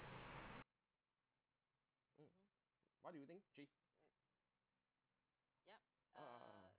what do you think actually